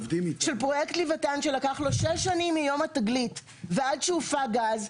של פרויקט לויתן שלקח לו 6 שנים מיום התגלית ועד שהופק גז.